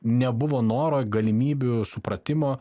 nebuvo noro galimybių supratimo